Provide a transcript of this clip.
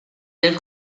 del